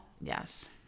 Yes